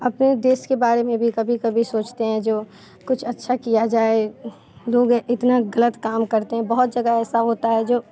अपने देश के बारे में भी कभी कभी सोचते हैं जो कुछ अच्छा किया जाए लोग इतना गलत काम करते हैं बहुत जगह ऐसा होता है जो